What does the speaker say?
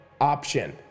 option